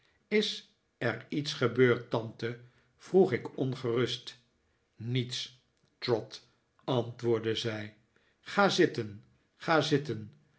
is er iets gebeurd tante vroeg ik ongerust niets trot antwoordde zij ga zitten ga zitten